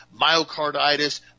myocarditis